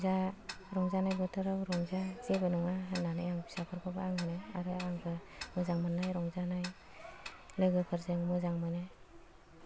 आरो रंजा रंजानाय बोथोराव रंजा जेबो नङा होननानै आं फिसाफोरखौबो आं होनो आरो आंबो मोजां मोननाय रंजानाय लोगोफोरजों मोजां मोनो